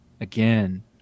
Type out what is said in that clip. again